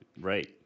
right